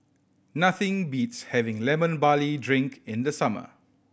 nothing beats having Lemon Barley Drink in the summer